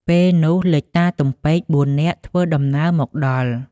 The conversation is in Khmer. ពេលនោះលេចតា ទំពែក បួននាក់ធ្វើដំណើរមកដល់។